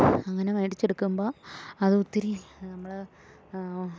അങ്ങനെ മേടിച്ചെടുക്കുമ്പോൾ അതൊത്തിരി നമ്മള്